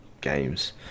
games